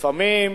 לפעמים